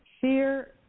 fear